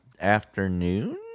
afternoon